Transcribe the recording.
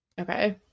Okay